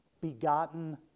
begotten